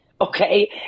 okay